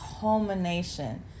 culmination